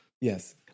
Yes